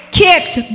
kicked